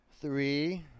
Three